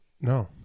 No